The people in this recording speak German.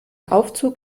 aufzug